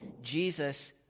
Jesus